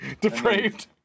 Depraved